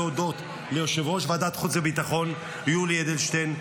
להודות ליושב-ראש ועדת החוץ והביטחון יולי אדלשטיין,